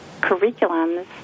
curriculums